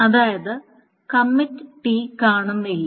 അതായത് committee കാണുന്നില്ല